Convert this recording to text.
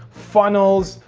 funnels,